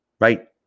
Right